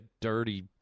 dirty